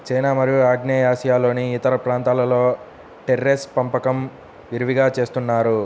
China మరియు ఆగ్నేయాసియాలోని ఇతర ప్రాంతాలలో టెర్రేస్ పెంపకం విరివిగా చేస్తున్నారు